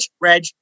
Reg